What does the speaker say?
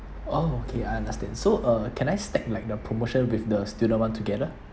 oh okay I understand so uh can I stack like the promotion with the student one together